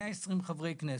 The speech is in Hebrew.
120 חברי כנסת,